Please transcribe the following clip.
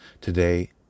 Today